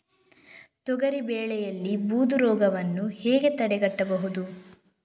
ತೊಗರಿ ಬೆಳೆಯಲ್ಲಿ ಬೂದು ರೋಗವನ್ನು ಹೇಗೆ ತಡೆಗಟ್ಟಬಹುದು?